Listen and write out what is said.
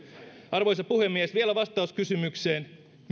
arvoisa puhemies vielä vastaus kysymykseen